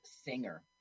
singer